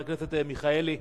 חבר הכנסת מיכאלי,